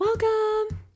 Welcome